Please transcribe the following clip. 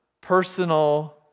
personal